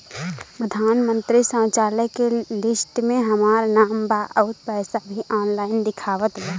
प्रधानमंत्री शौचालय के लिस्ट में हमार नाम बा अउर पैसा भी ऑनलाइन दिखावत बा